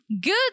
Good